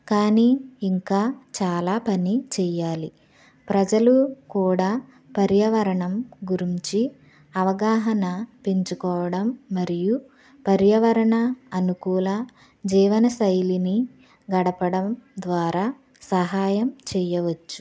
కానీ ఇంకా చాలా పని చెయ్యాలి ప్రజలు కూడా పర్యావరణం గురించి అవగాహన పెంచుకోవడం మరియు పర్యావరణ అనుకూల జీవనశైలిని గడపడం ద్వారా సహాయం చేయవచ్చు